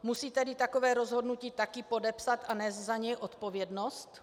Musí tedy takové rozhodnutí také podepsat a nést za něj odpovědnost?